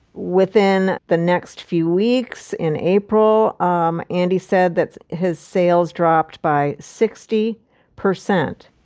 within the next few weeks in april, um andy said that his sales dropped by sixty percent.